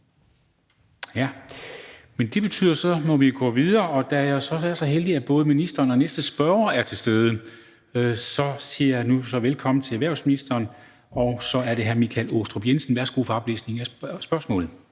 salen, så det betyder, at vi må gå videre, og da jeg er så heldig, at både ministeren og den næste spørger er til stede, vil jeg så nu sige velkommen til erhvervsministeren, og så er det hr. Michael Aastrup Jensen som spørger.